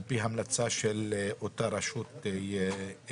על פי המלצה של אותה רשות מקומית.